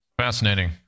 Fascinating